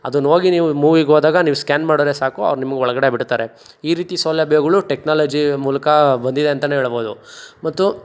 ಅದನ್ನೋಗಿ ನೀವು ಮೂವಿಗೋದಾಗ ನೀವು ಸ್ಕ್ಯಾನ್ ಮಾಡಿದ್ರೆ ಸಾಕು ಅವ್ರು ನಿಮಗೆ ಒಳಗಡೆ ಬಿಡ್ತಾರೆ ಈ ರೀತಿ ಸೌಲಭ್ಯಗಳು ಟೆಕ್ನಾಲಜಿ ಮೂಲಕ ಬಂದಿದೆ ಅಂತಲೇ ಹೇಳಬೋದು ಮತ್ತು